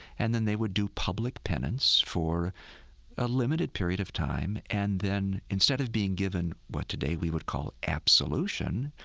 and then they would do public penance for a limited period of time. and then instead of being given what today we would call absolution,